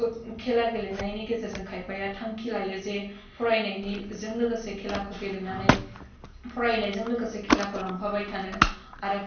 खेला गेलेनायनि गेजेरजों खायफाया थांखि लायो जे फरायनायनिजों लोगोसे खेलाखौ गेलेनानै फरायनायजों लोगोसे खेलाखौ लांफाबाय थानो आरो